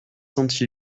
senti